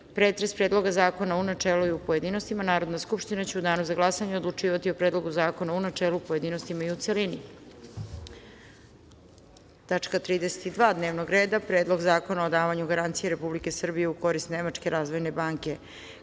pretres Predloga zakona u načelu i u pojedinostima, Narodna skupština će u danu za glasanje odlučivati o Predlogu zakona u načelu, pojedinostima i u celini. Tačka